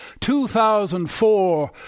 2004